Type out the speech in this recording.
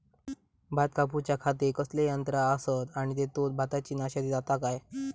भात कापूच्या खाती कसले यांत्रा आसत आणि तेतुत भाताची नाशादी जाता काय?